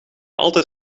altijd